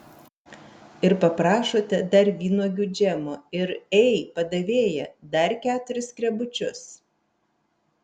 ir paprašote dar vynuogių džemo ir ei padavėja dar keturis skrebučius